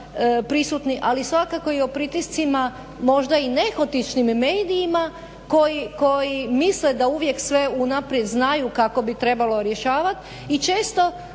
ali svakako i o pritiscima možda i nehotičnim medijima koji misle da uvijek sve unaprijed znaju kako bi trebalo rješavati i često